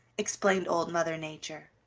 explained old mother nature.